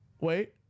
Wait